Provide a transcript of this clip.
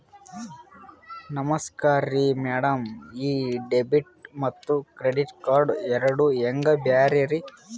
ನಮಸ್ಕಾರ್ರಿ ಮ್ಯಾಡಂ ಈ ಡೆಬಿಟ ಮತ್ತ ಕ್ರೆಡಿಟ್ ಕಾರ್ಡ್ ಎರಡೂ ಹೆಂಗ ಬ್ಯಾರೆ ರಿ?